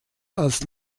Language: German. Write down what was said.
als